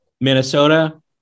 Minnesota